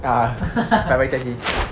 ah five five chai chee